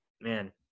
man